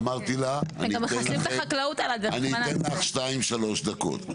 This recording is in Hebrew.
אמרתי לה אני אתן לך שתיים שלוש דקות,